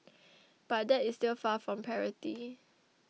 but that is still far from parity